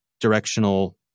directional